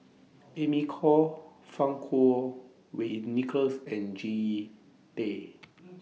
Amy Khor Fang Kuo Wei Nicholas and Jean Tay